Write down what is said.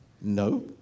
No